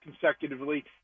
consecutively